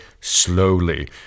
slowly